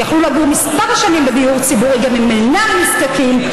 הם יכלו לגור כמה שנים בדיור הציבורי גם אם הם אינם נזקקים,